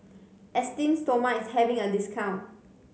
Esteem Stoma is having a discount